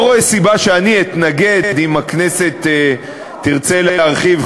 לא רואה סיבה להתנגד אם הכנסת תרצה להרחיב.